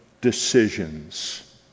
decisions